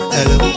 Hello